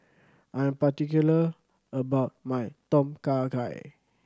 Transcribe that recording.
I am particular about my Tom Kha Gai